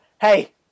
hey